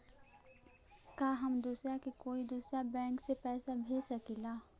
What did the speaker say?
का हम दूसरा के कोई दुसरा बैंक से पैसा भेज सकिला?